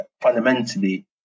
fundamentally